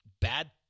bad